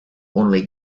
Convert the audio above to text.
only